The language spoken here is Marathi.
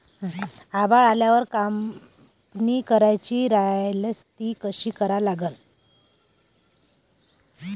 आभाळ आल्यावर कापनी करायची राह्यल्यास ती कशी करा लागन?